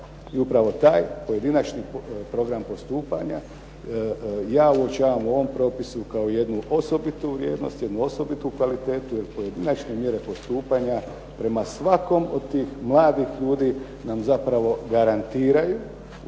I upravo taj pojedinačni program postupanja ja uočavam u ovom propisu kao jednu osobitu vrijednost, jednu osobitu kvalitetu, jer pojedinačne mjere postupanja prema svakom od tih mladih ljudi nam zapravo garantiraju uz